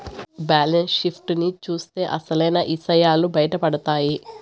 balance sheet ని చూత్తే అసలైన ఇసయాలు బయటపడతాయి